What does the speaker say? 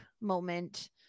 moment